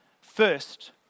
First